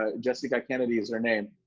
ah jessica kennedy is her name,